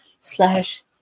slash